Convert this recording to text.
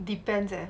depends eh